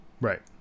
Right